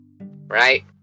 Right